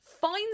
Find